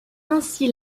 ainsi